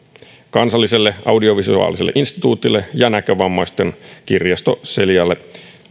kansalliselle audiovisuaaliselle instituutille ja näkövammaisten kirjasto celialle